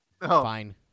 Fine